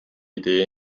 idee